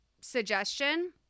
suggestion